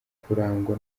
kurangwa